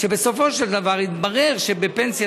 ובסופו של דבר התברר שבפנסיה